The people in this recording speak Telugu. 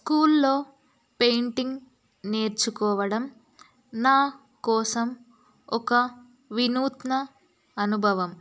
స్కూల్లో పెయింటింగ్ నేర్చుకోవడం నా కోసం ఒక వినూత్న అనుభవం